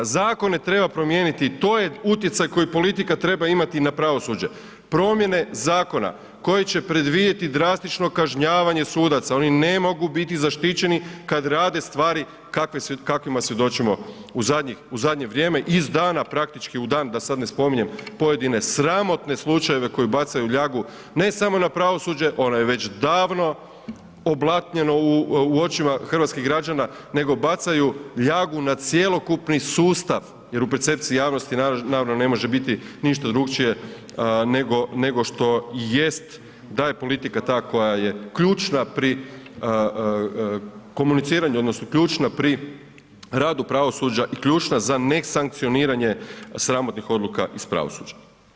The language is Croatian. Zakone treba promijeniti, to je utjecaj koji politika treba imati na pravosuđe, promjene zakona koje će predvidjeti drastično kažnjavanje sudaca, oni ne mogu biti zaštićeni kada rade stvari kakvima svjedočimo u zadnje vrijeme, iz dana praktički u dan da sada ne spominjem pojedine sramotne slučajeve koji bacaju ljagu ne samo na pravosuđe, ono je već davno oblatnjeno u očima hrvatskih građana, nego bacaju ljagu na cjelokupni sustav jer u percepciji javnosti naravno ne može biti ništa drukčije nego, nego što jest da je politika ta koja je ključna pri komuniciranju odnosno ključna pri radu pravosuđa i ključna za nesankcioniranje sramotnih odluka iz pravosuđa.